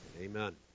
Amen